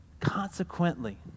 Consequently